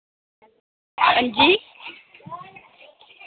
अंजी